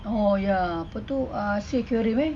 oh ya apa tu ah sea aquarium eh